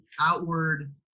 outward